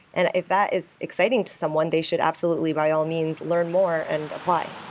and if that is exciting to someone, they should absolutely by all means learn more and apply